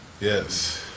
Yes